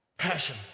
Passion